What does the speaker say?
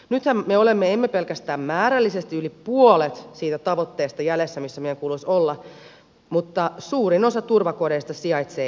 nythän me emme ole pelkästään määrällisesti yli puolet siitä tavoitteesta jäljessä missä meidän kuuluisi olla vaan suurin osa turvakodeista sijaitsee etelä suomessa